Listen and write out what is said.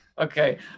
Okay